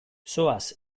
zoaz